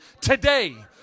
today